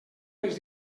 les